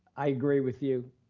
i agree with you,